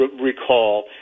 recall